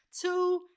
two